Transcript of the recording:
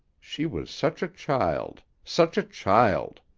she was such a child, such a child!